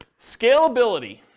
Scalability